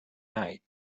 night